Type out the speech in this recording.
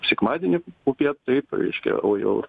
sekmadienį popiet taip reiškia o jau